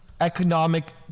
economic